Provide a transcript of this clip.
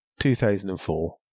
2004